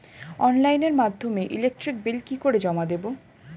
অনলাইনের মাধ্যমে electric bill কি করে জমা দেবো?